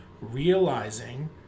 realizing